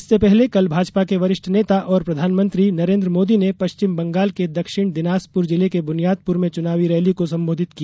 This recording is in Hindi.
इससे पहले कल भाजपा के वरिष्ठ नेता और प्रधानमंत्री नरेन्द्र मोदी ने पश्चिम बंगाल के दक्षिण दिनाजपुर जिले के बुनियादपुर में चुनावी रैली को संबोधित किया